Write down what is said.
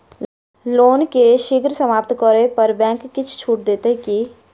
loan केँ शीघ्र समाप्त करै पर बैंक किछ छुट देत की